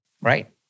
right